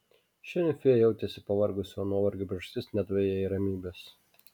šiandien fėja jautėsi pavargusi o nuovargio priežastis nedavė jai ramybės